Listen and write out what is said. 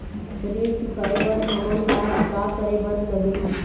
ऋण चुकाए बर हमन ला का करे बर लगही?